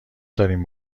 دارین